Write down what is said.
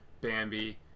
Bambi